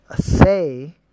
say